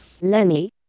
Lenny